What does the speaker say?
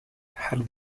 had